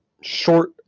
short